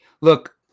look